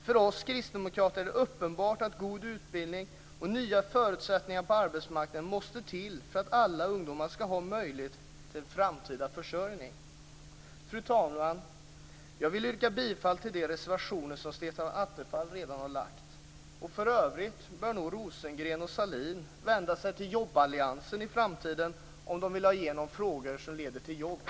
För oss kristdemokrater är det uppenbart att god utbildning och nya förutsättningar på arbetsmarknaden måste till för att alla ungdomar skall ha möjlighet till en framtida försörjning. Fru talman! Jag yrkar bifall till de reservationer som Stefan Attefall redan har yrkat bifall till. För övrigt bör nog Rosengren och Sahlin vända sig till jobballiansen i framtiden om de vill ha igenom förslag som leder till jobb.